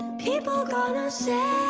people gonna say